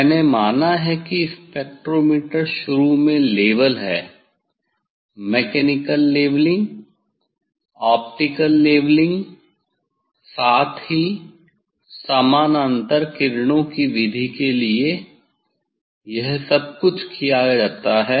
मैंने माना है कि स्पेक्ट्रोमीटर शुरू में लेवल है मैकेनिकल लेवलिंग ऑप्टिकल लेवलिंग साथ ही समानांतर किरणों की विधि के लिए संदर्भ समय 0339 यह सब कुछ किया जाता है